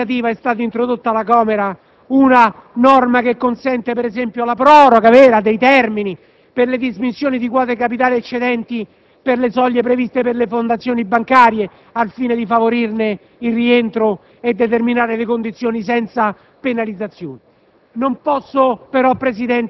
Su nostra iniziativa è stata introdotta alla Camera una norma che consente la proroga vera dei termini per le dimissioni di quote di capitale eccedenti le soglie previste per le fondazioni bancarie al fine di favorirne il rientro e determinare le condizioni senza penalizzazioni.